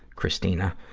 christina.